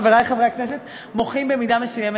חברי חברי הכנסת מוחים במידה מסוימת.